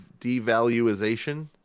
devaluation